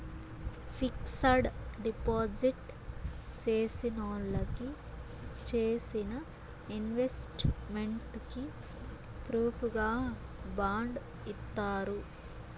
fixed deposit చేసినోళ్ళకి చేసిన investment కి ప్రూఫుగా బాండ్ ఇత్తారు